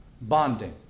Bonding